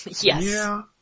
Yes